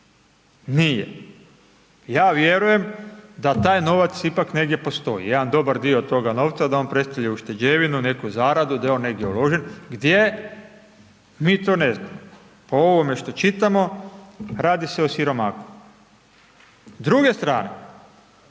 Nije. Ja vjerujem da taj novac ipak negdje postoji, jedan dobar dio toga novca da on predstavlja ušteđevinu, neku zaradu, da je on negdje uložen, gdje, mi to ne znamo, po ovome što čitamo, radi se o siromahu. S druge strane,